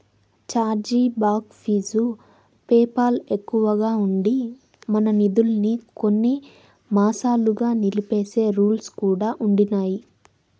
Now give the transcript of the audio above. charge back fees PayPal ఎక్కువగా ఉండి, మన నిదుల్మి కొన్ని మాసాలుగా నిలిపేసే రూల్స్ కూడా ఉండిన్నాయి